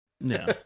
No